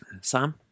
Sam